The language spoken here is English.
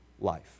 life